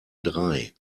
drei